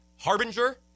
harbinger